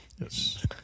Yes